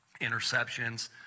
interceptions